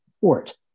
port